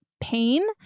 pain